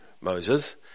Moses